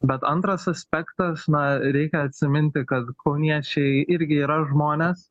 bet antras aspektas na reikia atsiminti kad kauniečiai irgi yra žmonės